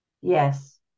Yes